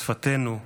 בשפתנו,